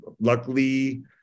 luckily